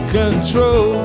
control